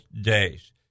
days